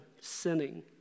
sinning